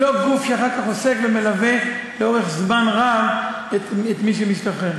אבל היא לא גוף שאחר כך עוסק ומלווה לאורך זמן רב את מי שמשתחרר.